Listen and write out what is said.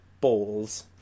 balls